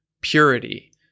purity